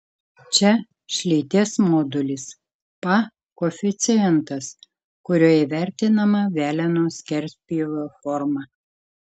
čia šlyties modulis pa koeficientas kuriuo įvertinama veleno skerspjūvio forma